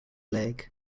leg